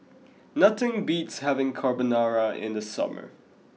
nothing beats having Carbonara in the summer